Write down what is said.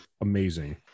amazing